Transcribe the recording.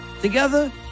Together